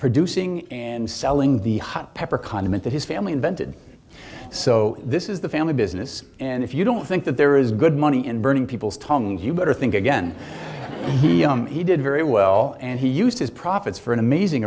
producing and selling the hot pepper condiment that his family invented so this is the family business and if you don't think that there is good money in burning people's tongues you better think again he did very well and he used his profits for an amazing